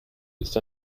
ist